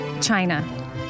China